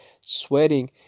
sweating